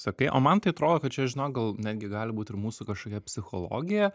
sakai o man tai atrodo kad čia žinok gal netgi gali būt ir mūsų kažkokia psichologija